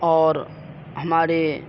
اور ہمارے